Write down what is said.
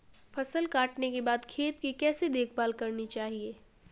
फसल काटने के बाद खेत की कैसे देखभाल करनी चाहिए?